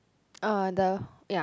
uh the ya